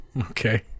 Okay